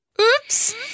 Oops